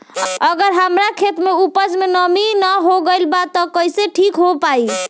अगर हमार खेत में उपज में नमी न हो गइल बा त कइसे ठीक हो पाई?